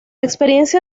experiencia